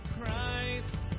Christ